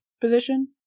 position